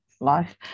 Life